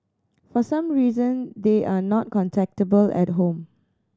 for some reason they are not contactable at home